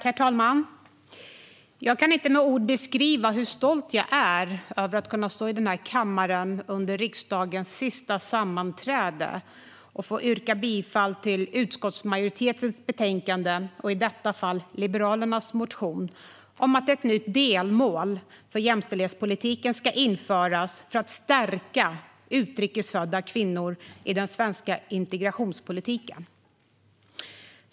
Herr talman! Jag kan inte med ord beskriva hur stolt jag är över att kunna stå i den här kammaren, under riksdagens sista arbetsdag med ärendedebatter, och få yrka bifall till utskottsmajoritetens förslag i betänkandet, och i detta fall Liberalernas motion, om att ett nytt delmål för jämställdhetspolitiken ska införas för att stärka utrikesfödda kvinnor i den svenska integrationspolitiken.